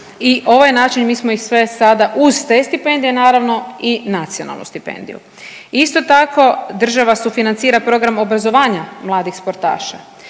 na ovaj način mi smo ih sve sada uz te stipendije naravno i nacionalnu stipendiju. Isto tako, država sufinancira program obrazovanja mladih sportaša.